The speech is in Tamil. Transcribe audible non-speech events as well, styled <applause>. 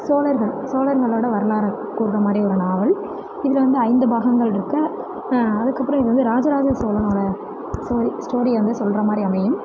சோழர்கள் சோழர்கங்களோட வரலாறை கூறுகிற மாதிரி ஒரு நாவல் இதில் வந்து ஐந்து பாகங்கள் இருக்கு அதுக்கப்புறம் இது வந்து ராஜராஜ சோழனோட <unintelligible> ஸ்டோரியை வந்து சொல்கிற மாதிரி அமையும்